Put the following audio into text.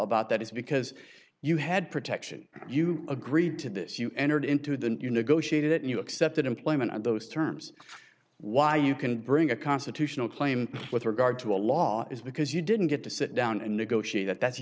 about that is because you had protection you agreed to this you entered into the you negotiate it you accepted employment on those terms why you can bring a constitutional claim with regard to a law is because you didn't get to sit down and negotiate it that